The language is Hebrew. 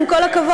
עם כל הכבוד,